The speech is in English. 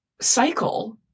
cycle